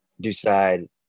decide